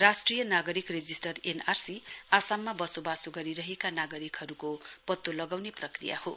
राष्ट्रिय नागरिको register NPC आसमाममा वसोवासो गरिरहेका नागरिकहरुको पत्तो लगाउने प्रक्रियाहो